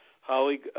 Holly